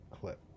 clip